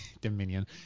Dominion